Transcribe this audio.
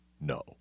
No